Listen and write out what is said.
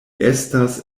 estas